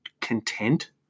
content